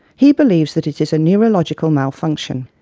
he believes that it is a neurological malfunction.